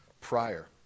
prior